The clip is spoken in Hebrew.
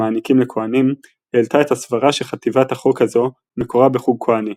מעניקים לכהנים העלתה את הסברה שחטיבת החוק הזו מקורה בחוג כהני,